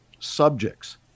Subjects